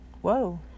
whoa